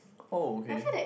okay